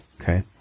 okay